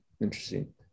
Interesting